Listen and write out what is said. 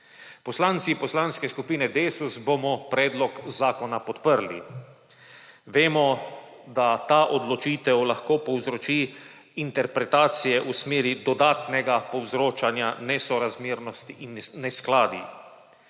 Poslanci Poslanske skupine Desus bomo predlog zakona podprli. Vemo, da ta odločitev lahko povzroči interpretacije v smeri dodatnega povzročanja nesorazmernosti in neskladij.